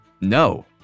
No